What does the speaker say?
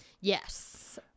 Yes